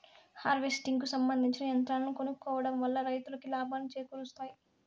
harvesting కు సంబందించిన యంత్రాలను కొనుక్కోవడం వల్ల రైతులకు లాభాలను చేకూరుస్తాయి